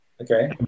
Okay